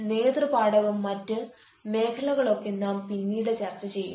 നേതൃപാടവം മറ്റ് മേഖലകൾ ഒക്കെ നാം പിന്നീട് ചർച്ച ചെയ്യും